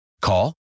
Call